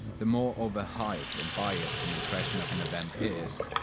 the more overhyped and biased an impression of an event is,